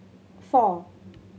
four